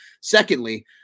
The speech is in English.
Secondly